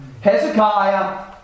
Hezekiah